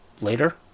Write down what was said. later